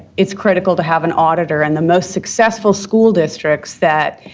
it's critical to have an auditor, and the most successful school districts that